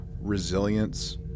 resilience